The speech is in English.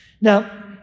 Now